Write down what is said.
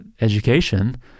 education